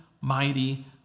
mighty